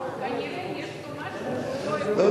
כנראה יש לו משהו שהוא לא יכול להגיע,